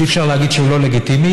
שאי-אפשר להגיד שהוא לא לגיטימי,